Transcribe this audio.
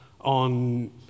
on